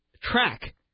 Track